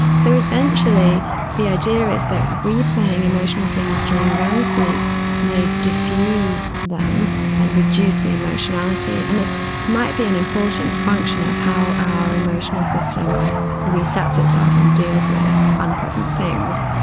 so essentially the idea is that replaying emotional things during rem sleep may diffuse them and reduce the emotionality, and this might be an important function of how our emotional system resets itself and deals with unpleasant things.